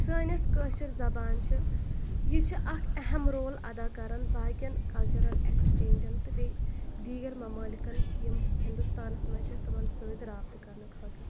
سٲنِۍ یۄس کٲشِر زبان چھِ یہِ چھِ اَکھ اہم رول ادا کَران باقٕیَن کَلچَرَل اٮ۪کٕسچینٛجن تہٕ بیٚیہِ دیٖگر مَمالِکَن یِم ہندوستانس منٛز چھِ تِمَن سۭتۍ رابطہ کرنہٕ خٲطرٕ